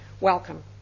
welcome